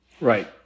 Right